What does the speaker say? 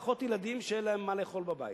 פחות ילדים שאין להם מה לאכול בבית.